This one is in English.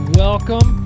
welcome